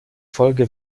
folge